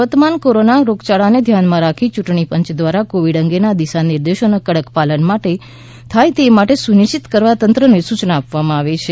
પ્રવર્તમાન કોરોના રોગચાળાને ધ્યાને રાખી ચૂંટણી પંચ દ્વારા કોવિડ અંગેના દિશા નિર્દેશોના કડક પાલ માટે પાલન થાય તે સુનિશ્ચિત કરવા તંત્રને સૂચના આપવામાં આવી છે